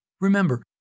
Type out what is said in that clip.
Remember